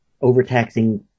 overtaxing